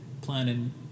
planning